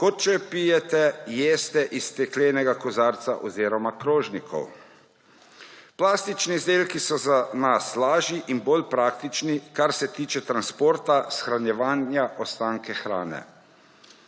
kot če jo pijete, jeste iz steklenega kozarca oziroma krožnikov. Plastični izdelki so za nas lažji in bolj praktični, kar se tiče transporta, shranjevanja ostankov hrane.